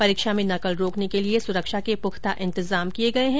परीक्षा में नकल रोकने के लिए सुरक्षा के पुख्ता इंतजाम किये गये हैं